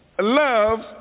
loves